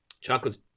chocolate's